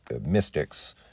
mystics